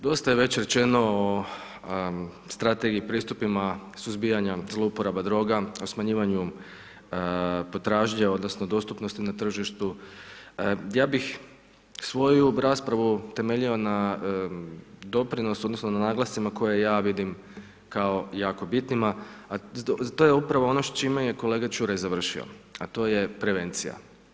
Dosta je već rečeno o strategiji pristupima suzbijanja zlouporaba droga, o smanjivanju potražnje, odnosno, dostupnosti na tržištu, ja bih svoju raspravu temeljio na doprinosu, odnosno, na naglascima, koje ja vidim jako bitnima, a to je upravo ono s čime je kolega Čuraj završio, a to je prevencija.